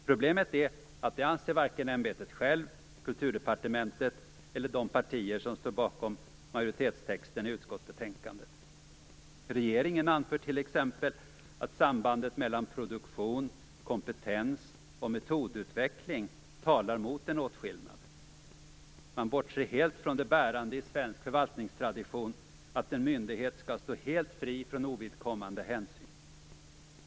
Problemet är att det anser varken ämbetet självt, Kulturdepartementet eller de partier som står bakom majoritetstexten i utskottsbetänkandet. Regeringen anför t.ex. att sambandet mellan produktion, kompetens och metodutveckling talar mot en åtskillnad. Man bortser helt från det bärande i svensk förvaltningstradition, att en myndighet skall stå helt fri från ovidkommande hänsyn.